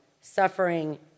suffering